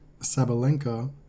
sabalenka